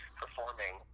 performing